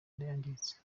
yangiritse